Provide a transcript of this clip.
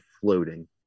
floating